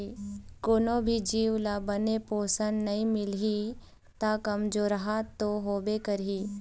कोनो भी जीव ल बने पोषन नइ मिलही त कमजोरहा तो होबे करही